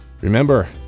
Remember